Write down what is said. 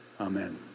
Amen